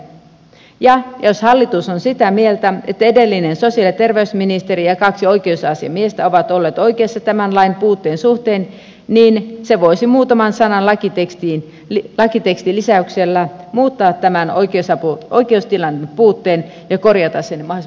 sellaista perustetta ei siis ole ja jos hallitus on sitä mieltä että edellinen sosiaali ja terveysministeri ja kaksi oikeusasiamiestä ovat olleet oikeassa tämän lain puutteen suhteen niin se voisi muutaman sanan lisäyksellä lakitekstiin muuttaa tämän oikeustilan puutteen ja korjata sen mahdollisimman pikaisesti